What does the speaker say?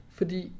fordi